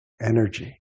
energy